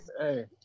Hey